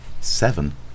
Seven